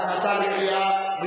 נא לא להשפיע בזמן ההצבעה.